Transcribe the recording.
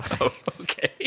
Okay